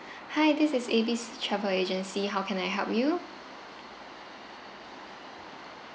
hi this is A B C travel agency how can I help you